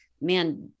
man